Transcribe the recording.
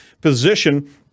position